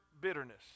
bitterness